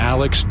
Alex